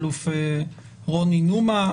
האלוף רוני נומה.